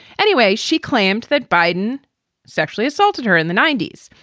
anyway, she claimed that biden sexually assaulted her in the ninety s.